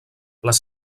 les